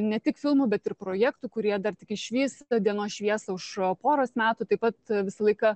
ne tik filmų bet ir projektų kurie dar tik išvys dienos šviesą už poros metų taip pat visą laiką